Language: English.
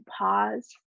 pause